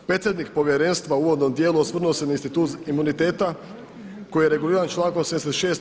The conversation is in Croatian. Predsjednik Povjerenstva u uvodnom dijelu osvrnuo se na institut imuniteta koji je reguliran člankom 86.